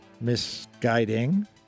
misguiding